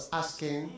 asking